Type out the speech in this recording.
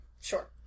Sure